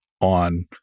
on